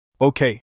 Okay